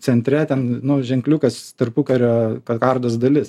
centre ten nu ženkliukas tarpukario kokardos dalis